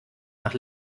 nach